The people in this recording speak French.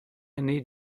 ainé